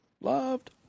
Loved